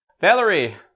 Valerie